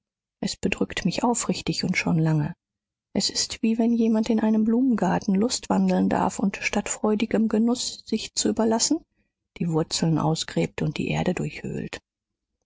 es bedrückt mich aufrichtig und schon lange es ist wie wenn jemand in einem blumengarten lustwandeln darf und statt freudigem genuß sich zu überlassen die wurzeln ausgräbt und die erde durchhöhlt